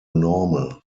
normal